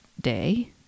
day